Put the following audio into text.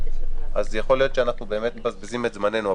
יכול להיות שאנחנו מבזבזים את זמננו.